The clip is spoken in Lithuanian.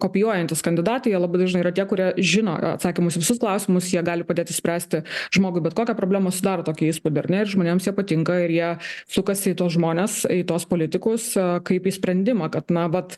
kopijuojantys kandidatai jie labai dažnai yra tie kurie žino atsakymus į visus klausimus jie gali padėti išspręsti žmogui bet kokią problemą sudaro tokį įspūdį ar ne ir žmonėms jie patinka ir jie sukasi į tuos žmones į tuos politikus kaip į sprendimą kad na vat